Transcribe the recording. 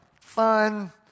fun